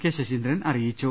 K Saseendran അറിയിച്ചു